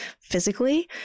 physically